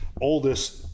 oldest